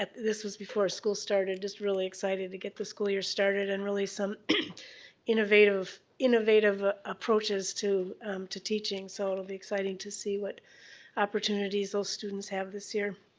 this was before school started, just really excited to get the school year started and really some innovative innovative ah approaches to to teaching. so it'll be exciting to see what opportunities those students have this year.